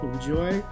Enjoy